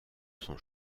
son